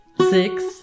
six